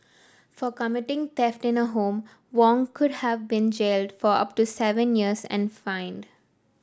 for committing theft in a home Wong could have been jailed for up to seven years and fined